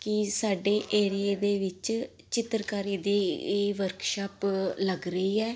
ਕਿ ਸਾਡੇ ਏਰੀਏ ਦੇ ਵਿੱਚ ਚਿੱਤਰਕਾਰੀ ਦੀ ਹੀ ਵਰਕਸ਼ਾਪ ਲੱਗ ਰਹੀ ਹੈ